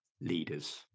leaders